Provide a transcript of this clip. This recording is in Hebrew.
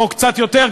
או קצת יותר,